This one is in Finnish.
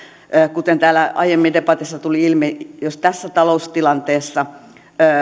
kuten täällä aiemmin debatissa tuli ilmi jos tässä taloustilanteessa